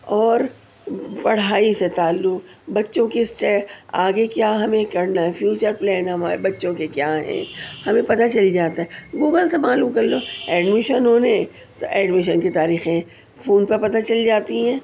اور پڑھائی سے تعلق بچوں کے اسٹے آگے کیا ہمیں کرنا ہے فیوچر پلین ہمارے بچوں کے کیا ہیں ہمیں پتہ چل جاتا ہے گوگل سے معلوم کرلو ایڈمشن ہونے ہیں تو ایڈمشن کی تاریخیں فون پہ پتا چل جاتی ہیں